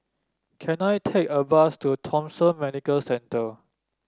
can I take a bus to Thomson Medical Centre